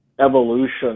evolution